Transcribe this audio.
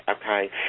Okay